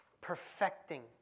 perfecting